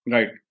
Right